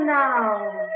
now